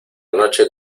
noche